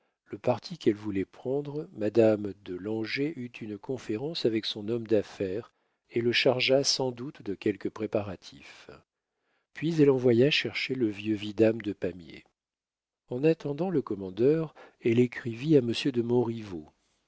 le parti qu'elle voulait prendre madame de langeais eut une conférence avec son homme d'affaires et le chargea sans doute de quelques préparatifs puis elle envoya chercher le vieux vidame de pamiers en attendant le commandeur elle écrivit à monsieur de